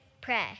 pray